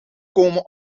komen